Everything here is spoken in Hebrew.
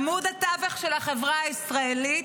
עמוד התווך של החברה הישראלית,